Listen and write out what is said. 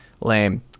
lame